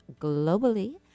globally